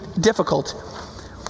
difficult